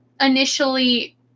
Initially